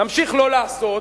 נמשיך לא לעשות,